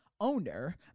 owner